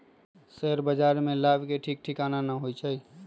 share बाजार में लाभ के ठीक ठिकाना न होइ छइ